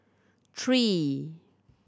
three